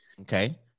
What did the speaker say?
Okay